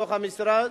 בתוך המשרד,